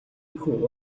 ийнхүү